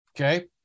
Okay